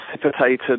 precipitated